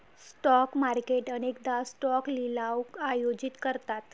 stock market अनेकदा stock लिलाव आयोजित करतात